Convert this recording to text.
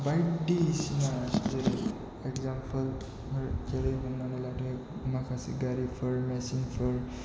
बायदिसिना जेरै एग्जाम्पोल जेरै हमनानै लादो माखासे गारिफोर मेसिनफोर